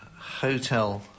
hotel